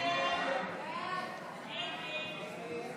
הסתייגות 132 לא נתקבלה.